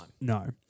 No